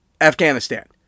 Afghanistan